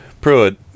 Pruitt